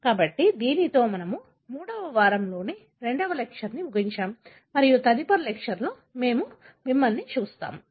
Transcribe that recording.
కాబట్టి దానితో మనము మూడవ వారంలోని రెండవ లెక్చర్ ను ముగించాము మరియు తదుపరి లెక్చర్ లో మేము మిమ్మల్ని చూస్తాము